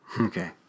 Okay